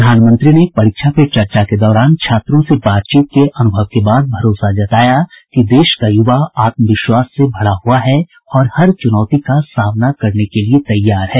प्रधानमंत्री ने परीक्षा पे चर्चा के दौरान छात्रों से बातचीत के अनुभव के बाद भरोसा जताया कि देश का युवा आत्मविश्वास से भरा हुआ है और हर चुनौती का सामना करने के लिए तैयार है